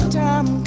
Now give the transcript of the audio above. time